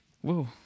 Whoa